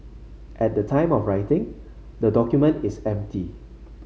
at the time of writing the document is empty